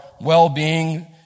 well-being